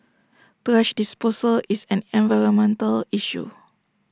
thrash disposal is an environmental issue